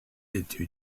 into